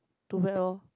too bad loh